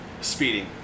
Speeding